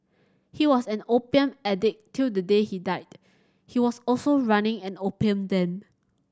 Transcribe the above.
he was an opium addict till the day he died he was also running an opium den